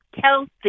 Kelsey